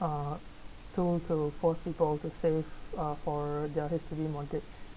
uh to to force people to save uh for their H_D_B mortgage